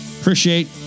Appreciate